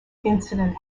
incident